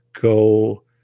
go